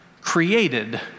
created